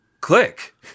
Click